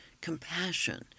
compassion